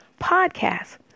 podcast